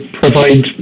provide